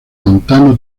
montano